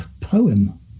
poem